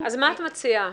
מה את מציעה?